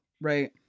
right